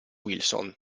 wilson